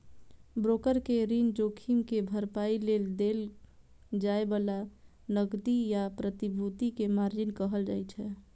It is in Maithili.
ब्रोकर कें ऋण जोखिम के भरपाइ लेल देल जाए बला नकदी या प्रतिभूति कें मार्जिन कहल जाइ छै